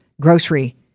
grocery